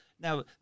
Now